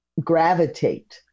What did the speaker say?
gravitate